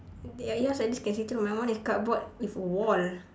ya yours at least can see through my one is cupboard with wall